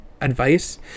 advice